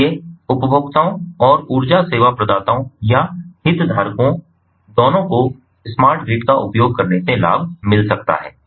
इसलिए उपभोक्ताओं और ऊर्जा सेवा प्रदाताओं या हितधारकों दोनों को स्मार्ट ग्रिड का उपयोग करने से लाभ मिल सकता है